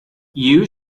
you